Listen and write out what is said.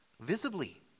visibly